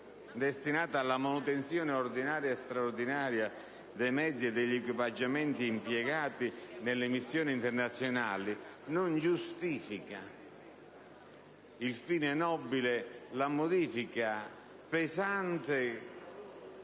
destinati alla manutenzione ordinaria e straordinaria dei mezzi e degli equipaggiamenti impiegati nelle missioni internazionali, non giustifica la pesante modifica apportata